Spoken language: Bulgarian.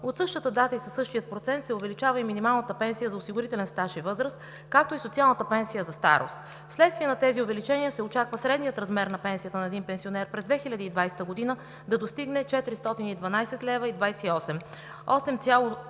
От същата дата и със същия процент се увеличават и минималната пенсия за осигурителен стаж и възраст, както и социалната пенсия за старост. Вследствие на тези увеличения се очаква средният размер на пенсията на един пенсионер през 2020 г. да достигне 412,28 лв. – 8